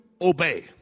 obey